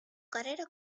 carrera